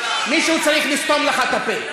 לא תסתום לנו את הפה,